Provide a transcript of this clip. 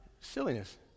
Silliness